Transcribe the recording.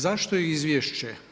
Zašto je izvješće?